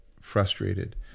frustrated